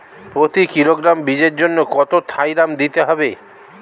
প্রতি কিলোগ্রাম বীজের জন্য কত থাইরাম দিতে হবে?